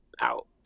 out